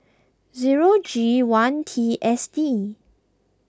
zero G one T S D